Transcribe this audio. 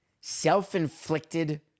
Self-inflicted